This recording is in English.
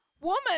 Woman